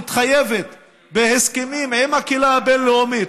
מתחייבת בהסכמים עם הקהילה הבין-לאומית